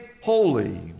holy